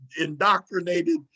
indoctrinated